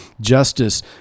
justice